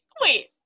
Wait